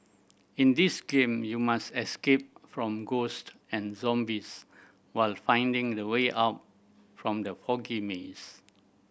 in this game you must escape from ghost and zombies while finding the way out from the foggy maze